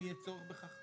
אם יהיה צורך בכך,